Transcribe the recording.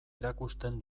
erakusten